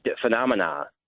phenomena